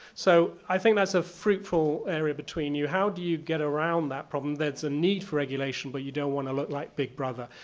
so i think that's a fruitful area between you. how do you get around that problem? there's a need for regulation, but you don't wanna look like big brother.